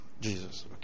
Jesus